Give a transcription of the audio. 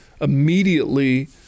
immediately